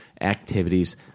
activities